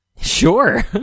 Sure